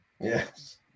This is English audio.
Yes